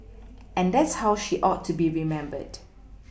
and that's how she ought to be remembered